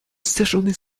séjourner